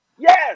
Yes